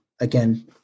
again